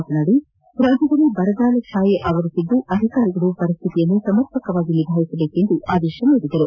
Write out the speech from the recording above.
ಮಾತನಾಡಿ ರಾಜ್ಯದಲ್ಲಿ ಬರಗಾಲ ಛಾಯೆ ಆವರಿಸಿದ್ದು ಅಧಿಕಾರಿಗಳು ಪರಿಸ್ಥಿತಿಯನ್ನು ಸಮರ್ಪಕವಾಗಿ ನಿಭಾಯಿಸಬೇಕೆಂದು ಆದೇಶ ನೀಡಿದರು